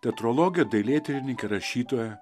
teatrologė dailėtyrininkė rašytoja